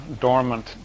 dormant